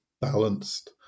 balanced